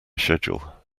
schedule